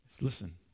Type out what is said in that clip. Listen